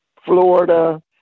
Florida